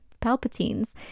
Palpatines